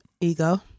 ego